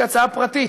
כהצעה פרטית,